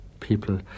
People